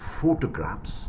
photographs